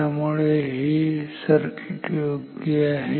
त्यामुळे हे सर्किट योग्य आहे